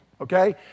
okay